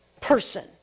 person